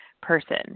person